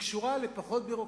שקשורים לפחות ביורוקרטיה,